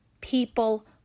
people